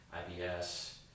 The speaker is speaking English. IBS